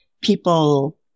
people